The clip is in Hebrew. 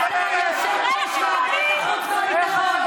זה נראה לך